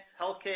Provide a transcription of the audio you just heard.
healthcare